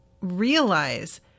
realize